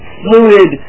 fluid